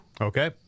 Okay